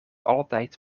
altijd